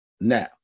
now